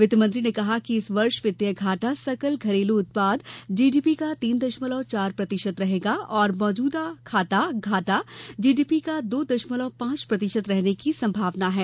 वित्त मंत्री ने कहा कि इस वर्ष वित्तीय घाटा सकल घरेलू उत्पाद जी डी पी का तीन दशमलव चार प्रतिशत रहेगा और मौजूदा खाता घाटा जी डी पी का दो दशमलव पांच प्रतिशत रहने की संभावना है